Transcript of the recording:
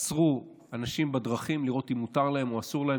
ועצרו אנשים בדרכים כדי לראות אם מותר להם או אסור להם.